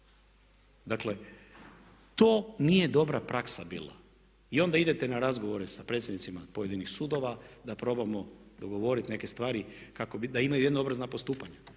Dakle to nije dobra praksa bila i onda idete na razgovore sa predsjednicima pojedinih sudova da probamo dogovoriti neke stvari da imaju jednoobrazna postupanja.